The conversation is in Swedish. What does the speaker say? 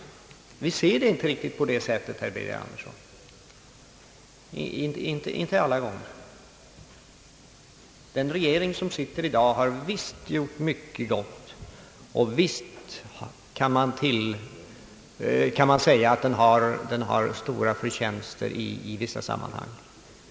Vi ser det inte alla gånger riktigt på det sättet, herr Birger Andersson. Den regering som sitter i dag har visst gjort mycket gott, och visst kan man säga att den haft stora förtjänster i vissa sammanhang.